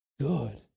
good